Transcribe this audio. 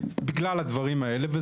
בגלל הדברים האלה.